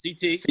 CT